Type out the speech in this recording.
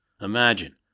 Imagine